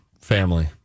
family